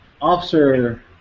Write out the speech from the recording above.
Officer